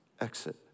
exit